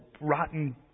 rotten